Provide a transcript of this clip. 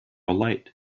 alight